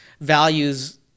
values